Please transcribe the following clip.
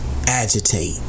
agitate